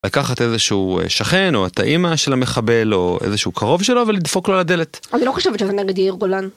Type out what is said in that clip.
לקחת איזשהו שכן, או את האימא של המחבל, או איזשהו קרוב שלו, ולדפוק לו על הדלת. אני לא חושבת שאתה נגד יאיר גולן.